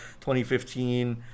2015